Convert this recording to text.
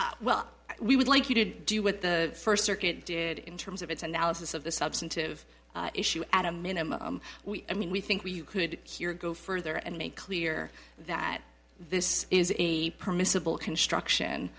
soaps well we would like you to do what the first circuit did in terms of its analysis of the substantive issue at a minimum i mean we think we could here go further and make clear that this is a permissible construction